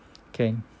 can